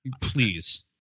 Please